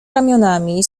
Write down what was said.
ramionami